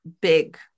big